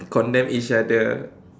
condemn each other